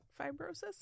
fibrosis